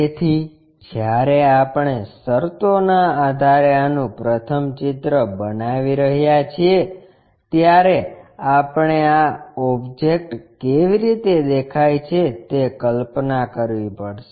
તેથી જ્યારે આપણે શરતોના આધારે આનું પ્રથમ ચિત્ર બનાવી રહ્યા છીએ ત્યારે આપણે ઓબ્જેક્ટ કેવી રીતે દેખાય છે તે કલ્પના કરવી પડશે